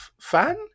fan